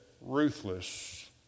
ruthless